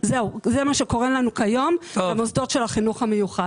זה מה שקורה לנו כיום במוסדות של החינוך המיוחד.